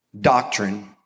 doctrine